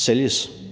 sælges.